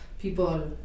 people